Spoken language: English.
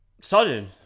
sudden